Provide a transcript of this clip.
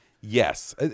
yes